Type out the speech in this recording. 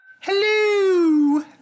Hello